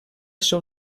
seu